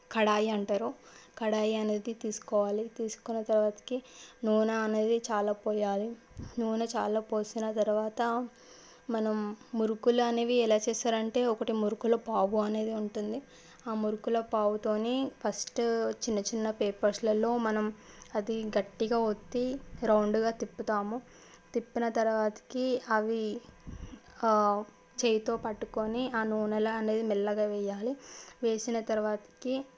కడాయి అంటారు కడాయి అనేది తీసుకోవాలి తీసుకున్న తరువాతకి నూనె అనేది చాలా పోయాలి నూనె చాలా పోసిన తరువాత మనం మురుకులు అనేవి ఎలా చేస్తారు అంటే ఒకటి మురుకులు పావు అనేది ఉంటుంది ఆ మురుకుల పావుతోని ఫస్ట్ చిన్నచిన్న పేపర్స్లలో మనం అది గట్టిగా వత్తి రౌండ్గా తిప్పుతాము తిప్పిన తరువాతకి అవి చేతితో పట్టుకొని ఆ నూనెలో అనేది మెల్లగా వేయాలి వేసిన తరువాతకి